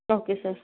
okay sir